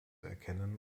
erkennen